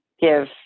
give